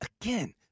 again